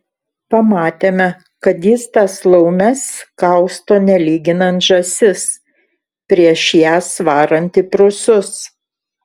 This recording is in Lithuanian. pamatėme kad jis tas laumes kausto nelyginant žąsis prieš jas varant į prūsus